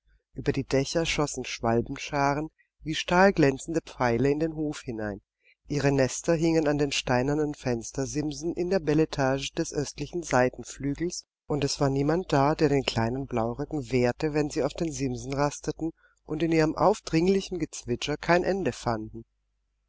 ueber die dächer schossen schwalbenscharen wie stahlglänzende pfeile in den hof herein ihre nester hingen an den steinernen fenstersimsen in der bel etage des östlichen seitenflügels und es war niemand da der den kleinen blauröcken wehrte wenn sie auf den simsen rasteten und in ihrem aufdringlichen gezwitscher kein ende fanden